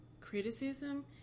criticism